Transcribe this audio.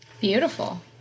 Beautiful